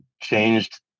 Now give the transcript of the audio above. changed